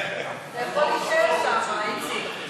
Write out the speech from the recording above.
אתה יכול להישאר שם, איציק.